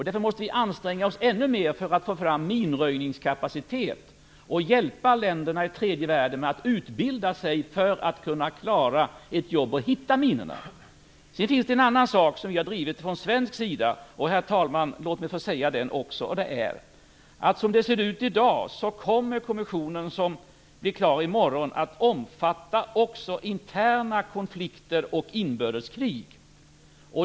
Därför måste vi anstränga oss ännu mer för att få fram minröjningskapacitet och för att hjälpa länderna i tredje världen att utbilda sig för att klara jobbet att hitta minorna. Sedan finns det en annan sak som vi har drivit från svensk sida. Herr talman! Låt mig få nämna den också, nämligen att som det ser ut i dag kommer konventionen, som blir klar i morgon, att omfatta också interna konflikter och inbördeskrig.